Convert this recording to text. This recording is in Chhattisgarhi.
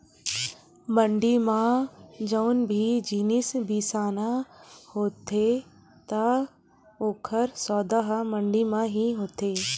मंड़ी म जउन भी जिनिस बिसाना होथे त ओकर सौदा ह मंडी म ही होथे